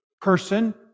person